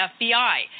FBI